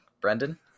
Brendan